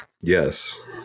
Yes